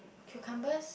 cucumbers